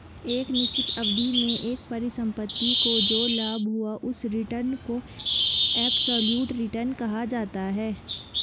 एक निश्चित अवधि में एक परिसंपत्ति को जो लाभ हुआ उस रिटर्न को एबसोल्यूट रिटर्न कहा जाता है